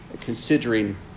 considering